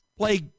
play